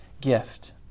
gift